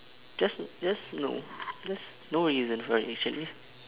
just just no just no reason for it actually